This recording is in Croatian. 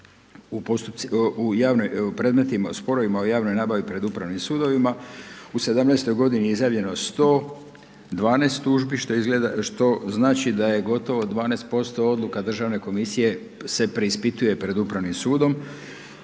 u sporovima o javnoj nabavi pred Upravnim sudovima. U '17. godini je izjavljeno 112 tužbi što izgleda, što znači da je gotovo 12% odluka državne komisije se preispituje pred Upravnim sudom